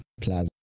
plasma